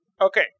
Okay